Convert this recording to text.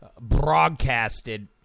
broadcasted